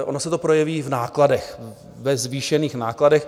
Ono se to projeví v nákladech, ve zvýšených nákladech.